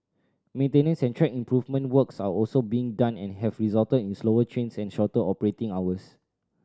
maintenance and track improvement works are also being done and have resulted in slower trains and shorter operating hours